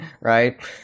right